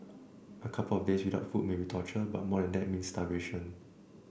a couple of days without food may be torture but more than that means starvation